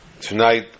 tonight